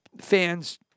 fans